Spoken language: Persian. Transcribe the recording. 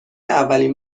اولین